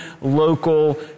local